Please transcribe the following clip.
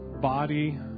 body